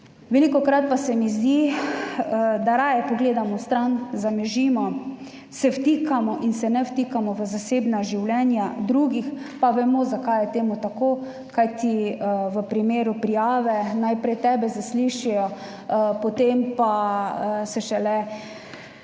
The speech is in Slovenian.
Velikokrat pa se mi zdi, da raje pogledamo stran, zamižimo in se ne vtikamo v zasebna življenja drugih. Pa vemo, zakaj je to tako, kajti v primeru prijave najprej tebe zaslišijo, potem pa se šele